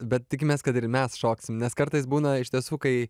bet tikimės kad ir mes šoksim nes kartais būna iš tiesų kai